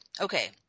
Okay